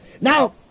now